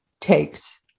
takes